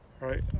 right